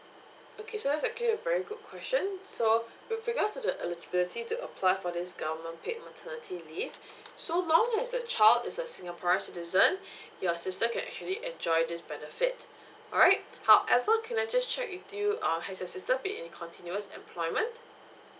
okay so that's actually a very good question so with regards to the eligibility to apply for this government paid maternity leave so long as the child is a singaporean citizen your sister can actually enjoy this benefit alright however can I just check with you uh has you sister been in a continuous employment